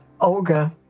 Olga